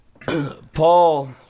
Paul